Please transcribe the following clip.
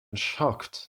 shocked